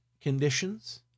conditions